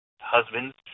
husbands